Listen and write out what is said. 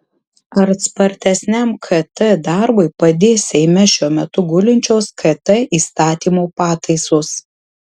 ar spartesniam kt darbui padės seime šiuo metu gulinčios kt įstatymo pataisos